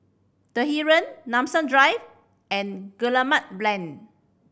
The Heeren Nanson Drive and Guillemard Lane